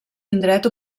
indret